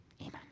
Amen